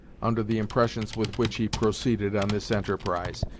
under the impressions with which he proceeded on this enterprise.